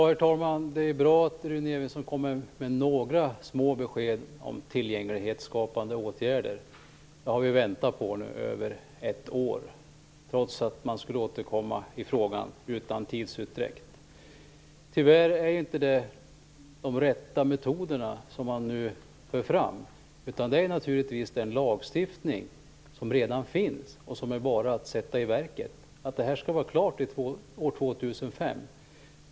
Herr talman! Det är bra att Rune Evensson kommer med några små besked om tillgänglighetsskapande åtgärder. Det har vi väntat på i över ett år, trots att man skulle återkomma i frågan utan tidsutdräkt. Tyvärr för man nu inte fram de rätta metoderna. Den rätta metoden är naturligtvis den lagstiftning som redan finns. Det är bara att sätta den i verket; det här skall vara klart år 2005.